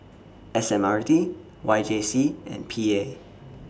S M R T Y J C and P A